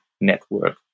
network